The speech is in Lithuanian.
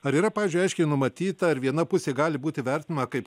ar yra pavyzdžiui aiškiai numatyta ar viena pusė gali būti vertinama kaip